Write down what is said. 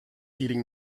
eating